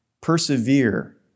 Persevere